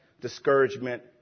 discouragement